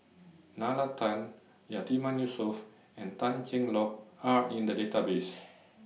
Nalla Tan Yatiman Yusof and Tan Cheng Lock Are in The Database